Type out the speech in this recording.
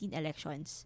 elections